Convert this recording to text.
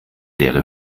leere